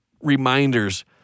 reminders